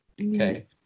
Okay